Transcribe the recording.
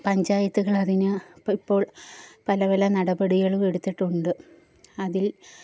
പഞ്ചായത്തുകൾ അതിന് ഇപ്പോൾ പല പല നടപടികളും എടുത്തിട്ടുണ്ട് അതിൽ